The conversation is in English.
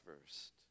first